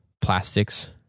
plastics